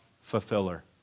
fulfiller